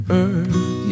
earth